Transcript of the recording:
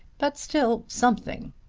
but still something.